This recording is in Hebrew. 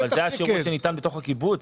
אבל זה השירות שניתן בתוך הקיבוץ.